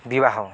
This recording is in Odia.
ବିବାହ